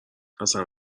اصلن